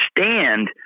understand